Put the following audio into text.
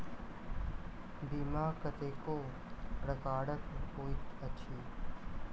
बीमा कतेको प्रकारक होइत अछि